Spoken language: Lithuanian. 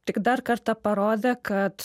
tik dar kartą parodė kad